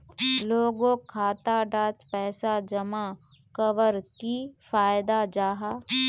लोगोक खाता डात पैसा जमा कवर की फायदा जाहा?